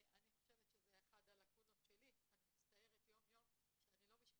אני חושבת שזאת אחת הלקונות שלי ואני מצטערת יום יום שאני לא משפטנית,